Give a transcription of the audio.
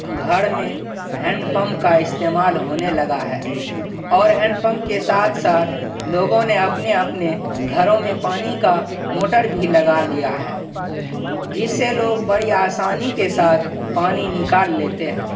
گھر میں hand pump کا استعمال ہونے لگا ہے اور ہینڈ پمپ کے ساتھ ساتھ لوگوں نے اپنے اپنے گھروں میں پانی کا موٹر بھی لگا لیا ہے جس سے لوگ بڑی آسانی کے ساتھ پانی نکال لیتے ہیں